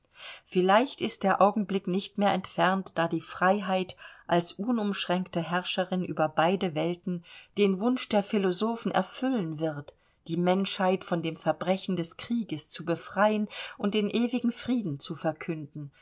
vielleicht ist der augenblick nicht mehr entfernt da die freiheit als unumschränkte herrscherin über beide welten den wunsch der philosophen erfüllen wird die menschheit von dem verbrechen des krieges zu befreien und den ewigen frieden zu verkünden